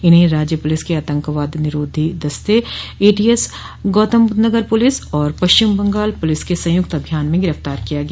इन्हें राज्य प्लिस के आतंकवादी निरोधक दस्ते एटीएस गौतमबुद्ध नगर पुलिस और पश्चिम बंगाल पुलिस के संयुक्त अभियान में गिरफ्तार किया गया